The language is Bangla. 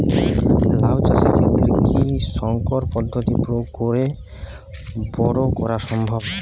লাও চাষের ক্ষেত্রে কি সংকর পদ্ধতি প্রয়োগ করে বরো করা সম্ভব?